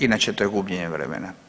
Inače to je gubljenje vremena.